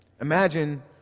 Imagine